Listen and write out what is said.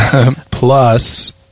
Plus